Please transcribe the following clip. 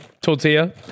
Tortilla